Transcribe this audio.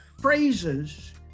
phrases